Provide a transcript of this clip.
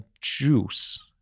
juice